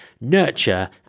nurture